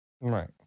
Right